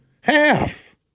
half